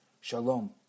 Shalom